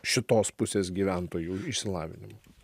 šitos pusės gyventojų išsilavinimui